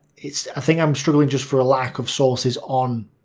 it's a thing i'm struggling just for a lack of sources on,